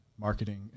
marketing